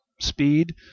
speed